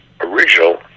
original